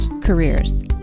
careers